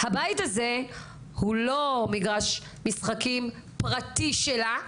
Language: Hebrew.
הבית הזה הוא לא מגרש משחקים פרטי שלה.